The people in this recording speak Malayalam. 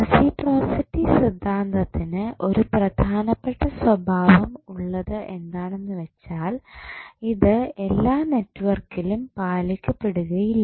റസിപ്രോസിറ്റി സിദ്ധാന്തത്തിന് ഒരു പ്രധാനപ്പെട്ട സ്വഭാവം ഉള്ളത് എന്താണെന്നുവെച്ചാൽ ഇത് എല്ലാ നെറ്റ്വർക്കിലും പാലിക്കപ്പെടുകയില്ല